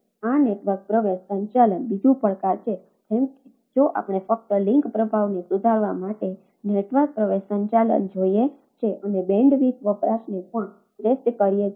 આ નેટવર્ક પ્રવેશ સંચાલન બીજું પડકાર છે જેમ કે જો આપણે ફક્ત લિંક પ્રભાવને સુધારવા માટે નેટવર્ક પ્રવેશ સંચાલન જોયે છે અને બેન્ડવિડ્થ વપરાશને પણ શ્રેષ્ઠ કરીએ છીએ